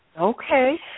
Okay